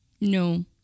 No